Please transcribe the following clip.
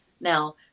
Now